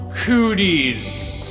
cooties